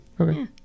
okay